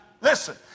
Listen